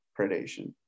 predation